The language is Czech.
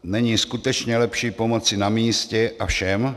Není skutečně lepší pomoci na místě a všem?